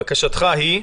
בקשתך היא?